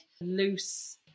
loose